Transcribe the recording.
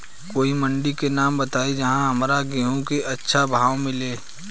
कोई मंडी के नाम बताई जहां हमरा गेहूं के अच्छा भाव मिले?